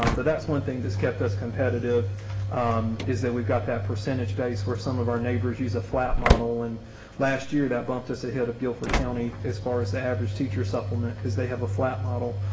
um but that's one thing. this kept us competitive is that we've got that percentage base where some of our neighbors use a flat model. and last year that bumped us ahead of guilford county as far as the average teacher supplement because they have a flat model.